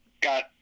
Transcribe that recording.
got